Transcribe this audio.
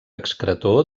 excretor